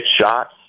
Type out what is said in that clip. shots